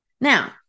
Now